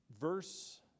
verse